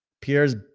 Pierre's